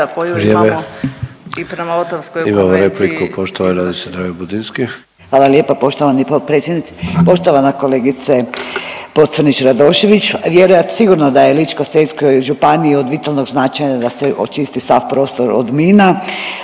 Poštovana kolegice Pocrnić Radošević sigurno da je Ličko-senjskoj županiji od vitalnog značaja da će očisti sav prostor od mina,